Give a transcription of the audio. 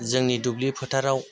जोंनि दुब्लि फोथाराव